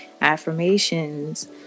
affirmations